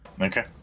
okay